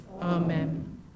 Amen